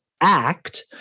Act